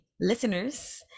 listeners